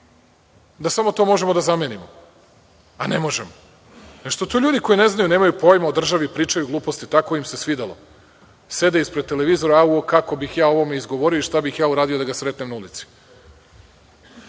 da samo to možemo da zamenimo, a ne možemo. Nego što to ljudi koji ne znaju, nemaju pojma o državi pričaju gluposti. Tako im se svidelo. Sede ispred televizora – au, kako bih ja ovome odgovorio, i šta bih ja uradio da ga sretnem na ulici.